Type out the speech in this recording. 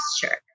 posture